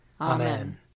Amen